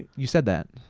you said that.